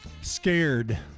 Scared